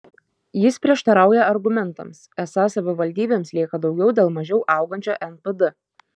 jis prieštarauja argumentams esą savivaldybėms lieka daugiau dėl mažiau augančio npd